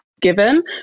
given